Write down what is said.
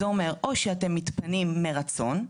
זה אומר, או שאתם מתפנים מרצון,